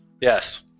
Yes